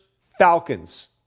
Falcons